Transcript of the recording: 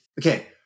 Okay